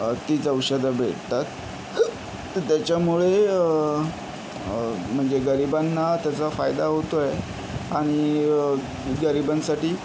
तीच औषधं भेटतात तर त्याच्यामुळे म्हणजे गरिबांना त्याचा फायदा होतो आहे आणि गरिबांसाठी